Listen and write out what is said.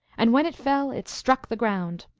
and when it fell it struck the ground,